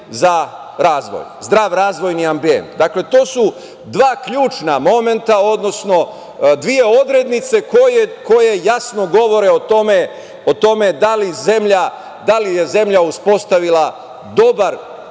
za razvoj, zdrav razvojni ambijent. Dakle, to su dva ključna momenta, odnosno dve odrednice koje jasno govore o tome da li je zemlja uspostavila dobar